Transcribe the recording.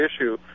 issue